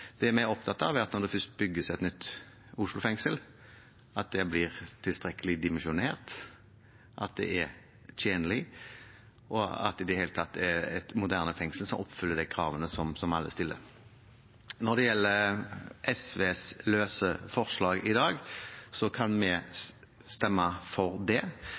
Det vi er opptatt av, er at når det først bygges et nytt Oslo fengsel, må det bli tilstrekkelig dimensjonert, det må være tjenlig og i det hele tatt være et moderne fengsel, som oppfyller de kravene som alle stiller. Når det gjelder SVs løse forslag i dag, kan vi stemme for det, rett og slett fordi nå skjer det så mye i denne saken. Det